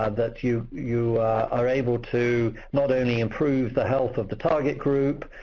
ah that you you are able to not only improve the health of the target group,